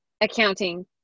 accounting